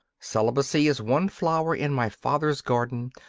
celibacy is one flower in my father's garden,